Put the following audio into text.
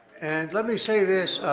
and let me say this,